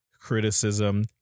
criticism